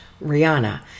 Rihanna